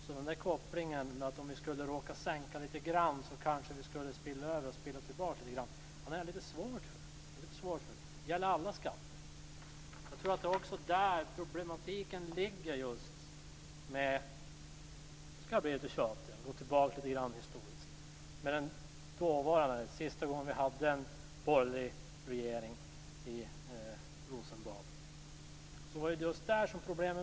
Så den kopplingen att om vi skulle sänka lite grann kanske vi skulle spilla över och tillbaka har jag lite svårt för. Det gäller alla skatter. Det var just där problematiken fanns - jag skall inte bli tjatig men går tillbaka lite historiskt - med den senaste borgerliga regeringen i Rosenbad.